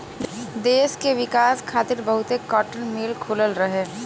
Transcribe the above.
देस के विकास खातिर बहुते काटन मिल खुलल रहे